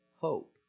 hope